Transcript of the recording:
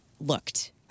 looked